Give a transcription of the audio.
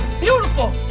beautiful